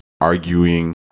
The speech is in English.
arguing